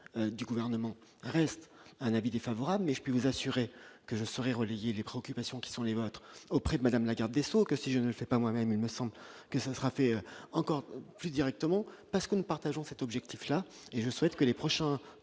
du gouvernement reste un avis défavorable, mais je puis vous assurer que je serai relayer les préoccupations qui sont les vôtres, auprès de Madame la Garde des Sceaux, que si je ne fais pas moi-même et me semble que ce sera fait encore plus directement parce que nous partageons cet objectif-là et je souhaite que les prochains